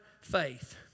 faith